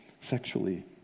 sexually